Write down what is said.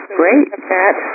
great